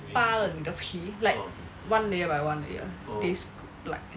拔了你的皮 like one layer by one layer they scoop like